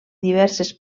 diverses